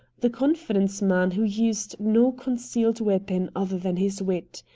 the confidence man who used no concealed weapon other than his wit.